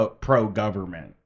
pro-government